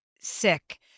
sick